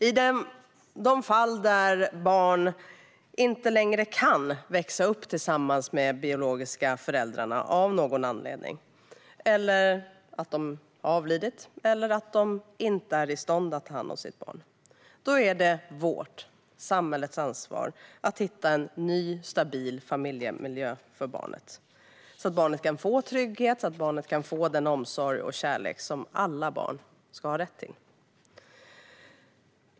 I de fall där ett barn av någon anledning inte kan växa upp med sina biologiska föräldrar - föräldrarna kan ha avlidit eller inte vara i stånd att ta hand om sitt barn - är det samhällets ansvar att hitta en ny, stabil familjemiljö för barnet så att barnet kan få den trygghet, omsorg och kärlek som alla barn har rätt till.